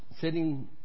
sitting